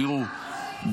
תראו,